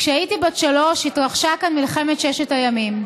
כשהייתי בת שלוש התרחשה כאן מלחמת ששת הימים.